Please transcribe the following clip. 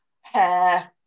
hair